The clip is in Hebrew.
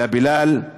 יא בילאל.